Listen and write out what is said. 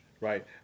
Right